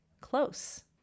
close